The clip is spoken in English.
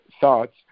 thoughts